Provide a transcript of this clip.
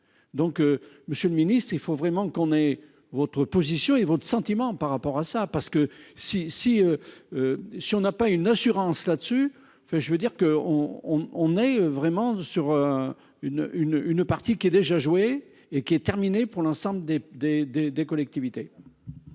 Donc Monsieur le Ministre. Il faut vraiment qu'on est votre position. Et votre sentiment par rapport à ça parce que si si. Si on n'a pas une assurance dessus, enfin je veux dire que on on est vraiment sur. Une une une partie qui est déjà joué et qui est terminée pour l'ensemble des des